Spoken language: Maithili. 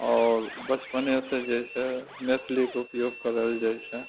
आओर बचपनेसँ जे छै मैथिलीके ऊपयोग कयल जाइ छै